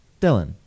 Dylan